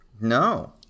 No